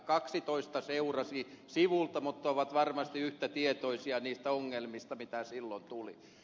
kaksitoista seurasi sivusta mutta he ovat varmasti yhtä tietoisia niistä ongelmista mitä silloin tuli